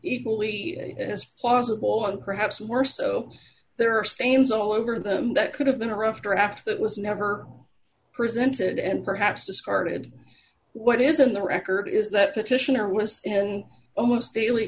equally as plausible or perhaps worse so there are stains all over them that could have been a rough draft that was never presented and perhaps discarded what is in the record is that petitioner was an almost daily